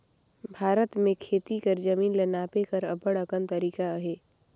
भारत में खेती कर जमीन ल नापे कर अब्बड़ अकन तरीका अहे